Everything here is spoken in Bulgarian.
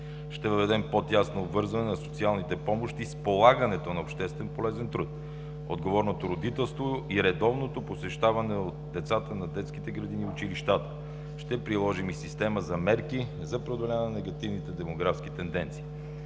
Ще въведем по-тясно обвързване на социалните помощи с полагането на общественополезен труд, отговорното родителство и редовното посещаване от децата на детските градини и училищата. Ще приложим и система за мерки за преодоляване на негативните демографски тенденции.